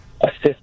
assist